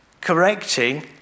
correcting